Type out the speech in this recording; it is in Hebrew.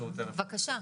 בפריפריה.